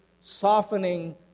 softening